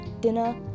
dinner